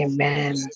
Amen